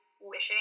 wishing